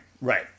right